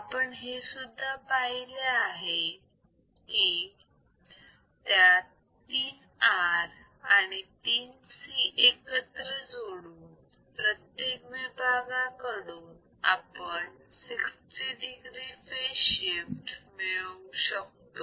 आपण हेसुद्धा पाहिले आहे की त्यात 3 R आणि 3 C एकत्र जोडून प्रत्येक विभागाकडून आपण 60 degree फेज शिफ्ट मिळवू शकतो